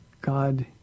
God